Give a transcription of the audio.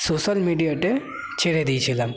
social মিডিয়াতে ছেড়ে দিয়েছিলাম